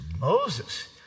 Moses